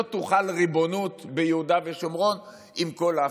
לא תוחל ריבונות ביהודה ושומרון, עם כל ההבטחות.